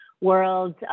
world